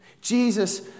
Jesus